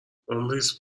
ﻋﻤﺮﯾﺴﺖ